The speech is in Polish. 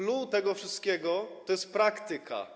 Clou tego wszystkiego to jest praktyka.